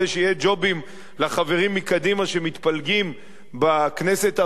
ג'ובים לחברים מקדימה שמתפלגים בכנסת הבאה,